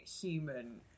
human